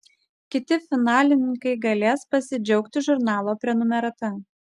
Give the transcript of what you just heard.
kiti finalininkai galės pasidžiaugti žurnalo prenumerata